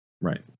Right